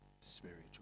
Spiritual